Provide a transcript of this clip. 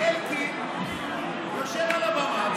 כי אלקין יושב על הבמה ומדבר.